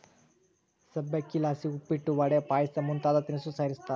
ಸಬ್ಬಕ್ಶಿಲಾಸಿ ಉಪ್ಪಿಟ್ಟು, ವಡೆ, ಪಾಯಸ ಮುಂತಾದ ತಿನಿಸು ತಯಾರಿಸ್ತಾರ